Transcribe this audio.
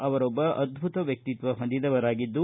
ಅವರೊಬ್ಬ ಅದ್ಭುತ ವ್ಯಕ್ತಿತ್ವ ಹೊಂದಿದವರಾಗಿದ್ದು